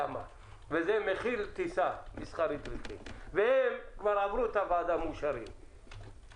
מחיר טיסה מסחרית והם כבר מאושרים על ידי הוועדה,